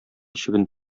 чебен